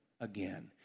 again